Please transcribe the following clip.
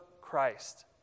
Christ